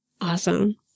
Awesome